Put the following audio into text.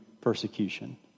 persecution